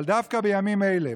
אבל דווקא בימים אלה,